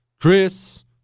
Chris